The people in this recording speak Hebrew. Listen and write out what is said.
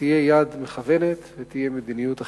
תהיה יד מכוונת ותהיה מדיניות אחידה,